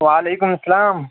وعلیکُم السلام